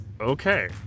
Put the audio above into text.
Okay